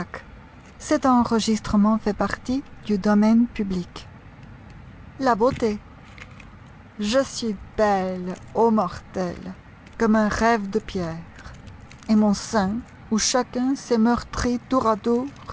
la beauté je suis belle ô mortels comme un rêve de pierre et mon sein où chacun s'est meurtri tour